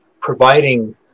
providing